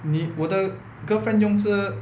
你我的 girlfriend 用这